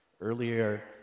Earlier